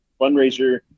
fundraiser